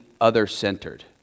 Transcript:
other-centered